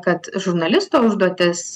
kad žurnalisto užduotis